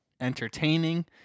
entertaining